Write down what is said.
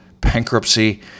bankruptcy